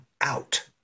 out